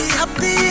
happy